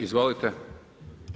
Izvolite.